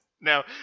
Now